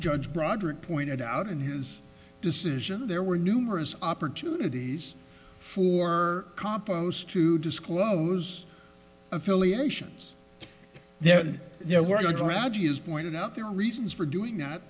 judge broderick pointed out in his decision there were numerous opportunities for compost to disclose affiliations there and there were a tragedy as pointed out there are reasons for doing that